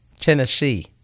Tennessee